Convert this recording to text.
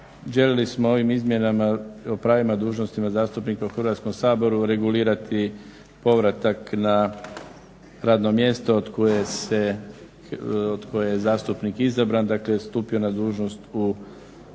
željeli smo ovim izmjenama o pravima i dužnostima zastupnika u Hrvatskom saboru regulirati povratak na radno mjesto od koje je zastupnik izabran, dakle stupio na dužnost u Hrvatski sabor.